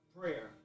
prayer